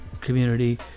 community